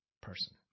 person